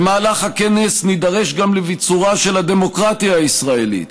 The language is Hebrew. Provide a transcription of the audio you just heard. במהלך הכנס נידרש גם לביצורה של הדמוקרטיה הישראלית